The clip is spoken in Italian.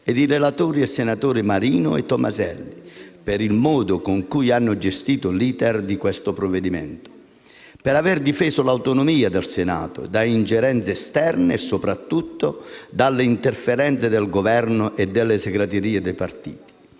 e i relatori, i senatori Luigi Marino e Tomaselli, per il modo con cui hanno gestito l'*iter* di questo provvedimento; per aver difeso l'autonomia del Senato da ingerenze esterne e, soprattutto, dalle interferenze del Governo e delle segreterie dei partiti.